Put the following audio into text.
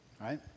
Right